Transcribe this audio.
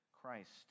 Christ